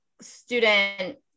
student